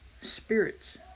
spirits